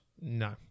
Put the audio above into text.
No